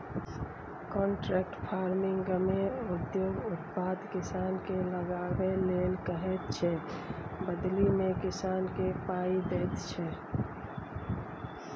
contract फार्मिंगमे उद्योग उत्पाद किसानकेँ लगाबै लेल कहैत छै बदलीमे किसानकेँ पाइ दैत छै